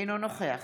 אינו נוכח